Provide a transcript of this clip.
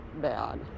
bad